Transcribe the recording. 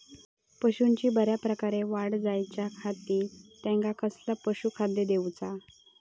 पशूंची बऱ्या प्रकारे वाढ जायच्या खाती त्यांका कसला पशुखाद्य दिऊचा?